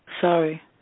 Sorry